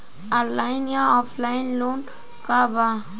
Online या offline loan का बा?